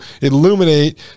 illuminate